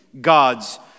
God's